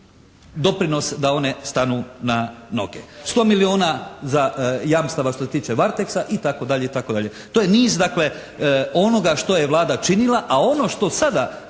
doprinos da one stanu na noge. 100 milijuna za, jamstava što se tiče Varteksa i tako dalje i tako dalje. To je niz dakle onoga što je Vlada činila, a ono što sada